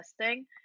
testing